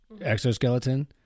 exoskeleton